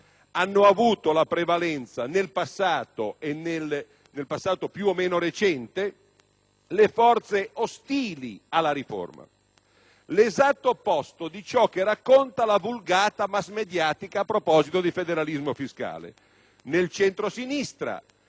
hanno avuto la prevalenza nel passato più o meno recente le forze ostili alla riforma, l'esatto opposto di ciò che racconta la vulgata massmediatica a proposito di federalismo fiscale. Nel centrosinistra